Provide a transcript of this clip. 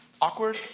Awkward